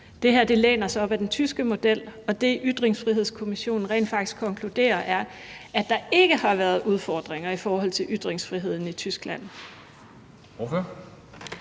det her læner sig op ad den tyske model, og at det, Ytringsfrihedskommissionen rent faktisk konkluderer, er, at der ikke har været udfordringer i forhold til ytringsfriheden i Tyskland?